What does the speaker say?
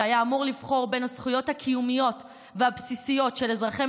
שהיה אמור לבחור בין הזכויות הקיומיות והבסיסיות של אזרחי